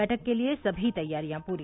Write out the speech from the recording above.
बैठक के लिए सभी तैयारियां पूरी